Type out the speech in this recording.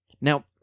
Now